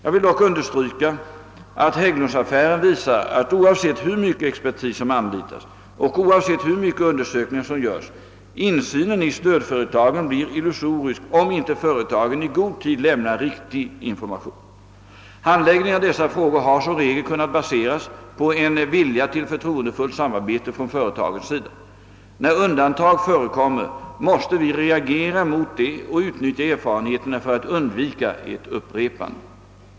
Jag vill dock understryka att Hägglundsaffären visar, att oavsett hur mycket expertis som anlitas och oavsett hur mycket undersökningar som görs, insynen i stödföretagen blir illusorisk om inte företagen i god tid lämnar riktig information. Handläggningen av dessa frågor har som regel kunnat baseras på en vilja till förtroendefullt samarbete från företagens sida. När undantag förekommer måste vi reagera mot det och utnyttja erfarenheterna för att undvika ett upprepande.